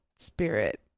spirit